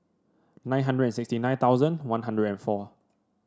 nine hundred and sixty nine thousand One Hundred and four